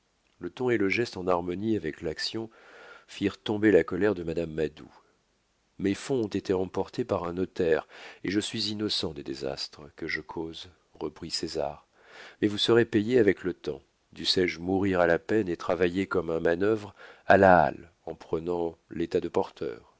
le ton et le geste en harmonie avec l'action firent tomber la colère de madame madou mes fonds ont été emportés par un notaire et je suis innocent des désastres que je cause reprit césar mais vous serez payée avec le temps dussé-je mourir à la peine et travailler comme un manœuvre à la halle en prenant l'état de porteur